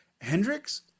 Hendrix